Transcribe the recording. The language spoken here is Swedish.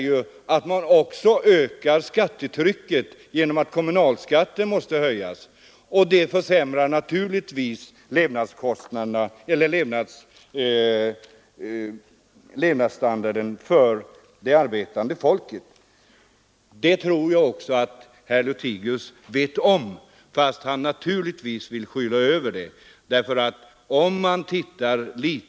Jo, genom att kommunalskatten belastas med sådana kostnader ökar skattetrycket, vilket naturligtvis också försämrar levnadsstandarden för det arbetande folket. Det tror jag att också herr Lothigius vet om, fastän han naturligtvis vill skyla över det förhållandet.